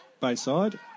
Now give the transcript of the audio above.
Bayside